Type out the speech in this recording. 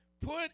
put